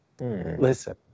Listen